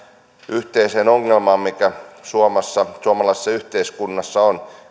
yhteiseen ongelmaan mikä suomalaisessa yhteiskunnassa on